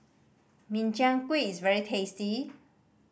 Min Chiang Kueh is very tasty